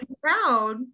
proud